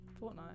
Fortnite